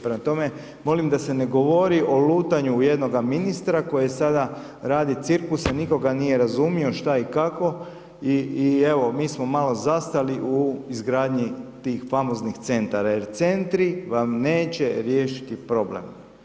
Prema tome, molim da se ne govori o lutanju jednoga ministra koji sada radi cirkuse nitko ga nije razumio šta i kako, i evo, mi smo malo zastali u izgradnji tih famoznih centara, jer centri vam neće riješiti problem.